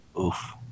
Oof